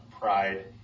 pride